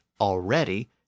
already